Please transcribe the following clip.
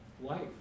life